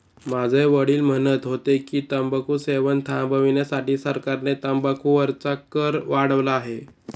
माझे वडील म्हणत होते की, तंबाखू सेवन थांबविण्यासाठी सरकारने तंबाखू वरचा कर वाढवला आहे